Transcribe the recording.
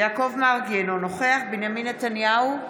יעקב מרגי, אינו נוכח בנימין נתניהו,